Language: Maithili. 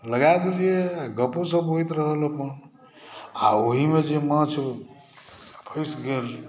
लगाए देलियै आ गपो सप होइत रहल अपन आ ओहिमे जे माछ फसि गेल